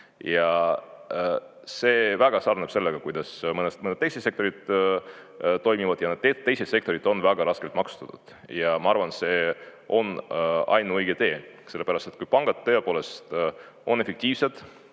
See on väga sarnane sellele, kuidas mõned teised sektorid toimivad, ja teised sektorid on väga raskelt maksustatud. Ma arvan, et see on ainuõige tee, sellepärast et kui pangad tõepoolest on fiktiivsed